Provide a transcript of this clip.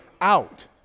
out